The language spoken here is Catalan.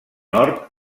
nord